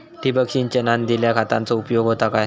ठिबक सिंचनान दिल्या खतांचो उपयोग होता काय?